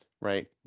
right